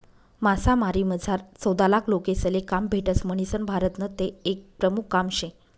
मासामारीमझार चौदालाख लोकेसले काम भेटस म्हणीसन भारतनं ते एक प्रमुख काम शे